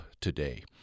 today